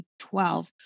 2012